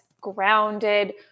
grounded